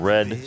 Red